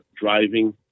driving